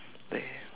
there